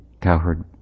cowherd